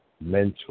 mental